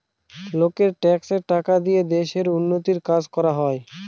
লোকের ট্যাক্সের টাকা দিয়ে দেশের উন্নতির কাজ করা হয়